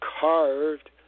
carved